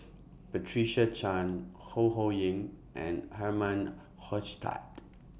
Patricia Chan Ho Ho Ying and Herman Hochstadt